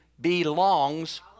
belongs